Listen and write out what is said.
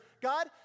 God